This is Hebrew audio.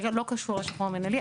זה לא קשור לשחרורים המינהליים,